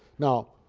now,